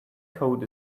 code